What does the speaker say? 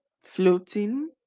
floating